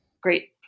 great